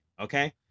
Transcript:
okay